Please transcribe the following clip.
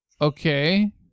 Okay